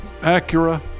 Acura